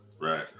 Right